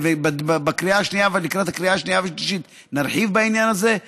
לקראת הקריאה השנייה והשלישית נרחיב בעניין הזה.